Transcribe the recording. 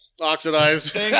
oxidized